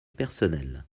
personnelle